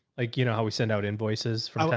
like, you know how we send out invoices from yeah